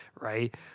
right